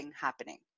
Happening